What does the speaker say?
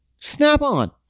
Snap-on